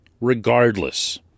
regardless